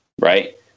right